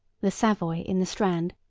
the savoy, in the strand,